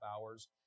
hours